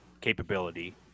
capability